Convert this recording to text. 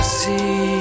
see